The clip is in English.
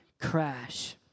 crash